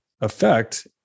effect